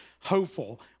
hopeful